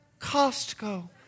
Costco